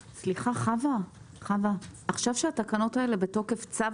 הישיבה ננעלה בשעה 13:47.